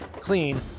clean